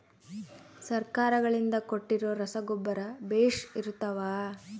ಸರ್ಕಾರಗಳಿಂದ ಕೊಟ್ಟಿರೊ ರಸಗೊಬ್ಬರ ಬೇಷ್ ಇರುತ್ತವಾ?